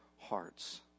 hearts